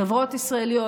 חברות ישראליות.